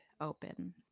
Open